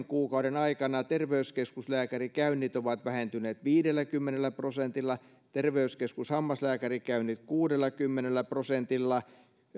kuukauden aikana terveyskeskuslääkärikäynnit ovat vähentyneet viidelläkymmenellä prosentilla terveyskeskushammaslääkärikäynnit kuudellakymmenellä prosentilla